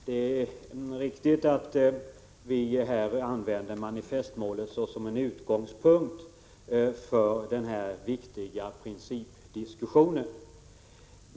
Herr talman! Det är riktigt att vi använder manifestmålet som en utgångspunkt för denna viktiga principdiskussion.